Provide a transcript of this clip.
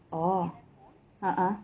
orh ah ah